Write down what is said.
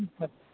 ठीक है